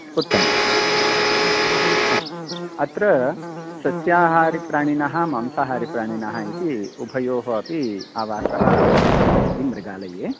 अत्र सस्याहारीप्राणिनः मांसाहारीप्राणिनः इति उभयोः अपि आवासः कृतः अस्ति मृगालये